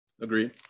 Agreed